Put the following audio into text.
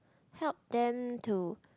help them to